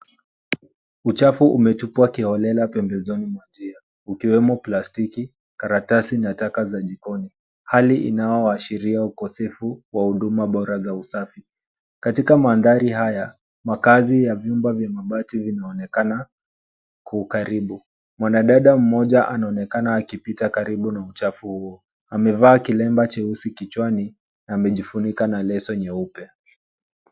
Uchafu umetupwa kiholela pembezoni mwa njia ukiwemo plastiki, karatasi na taka za jikoni. Hali inayoashiria ukosefu wa huduma bora za usafi. Katika mandhari haya, maakazi ya vyumba vya mabati vinaonekana kukaribu. Mwanadada moja anaonekana akipita karibu na uchafu huo, amevaa kilemba cheusi kichwani na amejifunika na leso nyeupe.